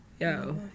Yo